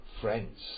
friends